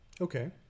Okay